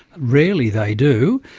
rarely they do.